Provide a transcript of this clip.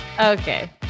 okay